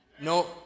no